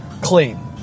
Clean